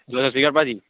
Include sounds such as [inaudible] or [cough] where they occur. [unintelligible] ਸਤਿ ਸ਼੍ਰੀ ਅਕਾਲ ਭਾਅ ਜੀ